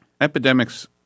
Epidemics